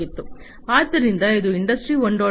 ಆದ್ದರಿಂದ ಇದು ಇಂಡಸ್ಟ್ರಿ 1